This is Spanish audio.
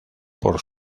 por